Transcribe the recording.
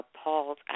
appalled